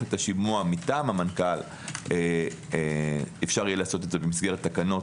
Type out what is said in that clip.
את השימוע מטעם המנכ"ל - אפשר יהיה לעשות זאת במסגרת תקנות,